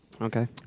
Okay